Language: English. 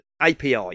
API